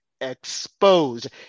exposed